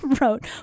Wrote